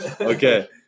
Okay